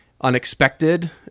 unexpected